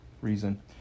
reason